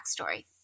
backstory